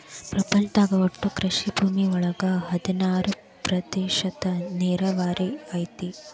ಪ್ರಪಂಚದಾಗ ಒಟ್ಟು ಕೃಷಿ ಭೂಮಿ ಒಳಗ ಹದನಾರ ಪ್ರತಿಶತಾ ನೇರಾವರಿ ಐತಿ